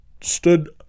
stood